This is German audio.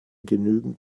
genügend